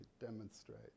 demonstrate